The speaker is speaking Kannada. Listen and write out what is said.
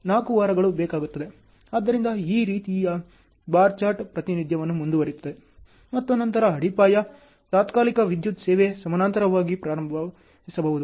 ಆದ್ದರಿಂದ ಈ ರೀತಿಯ ಬಾರ್ ಚಾರ್ಟ್ ಪ್ರಾತಿನಿಧ್ಯವು ಮುಂದುವರಿಯುತ್ತದೆ ಮತ್ತು ನಂತರ ಅಡಿಪಾಯ ತಾತ್ಕಾಲಿಕ ವಿದ್ಯುತ್ ಸೇವೆ ಸಮಾನಾಂತರವಾಗಿ ಪ್ರಾರಂಭಿಸಬಹುದು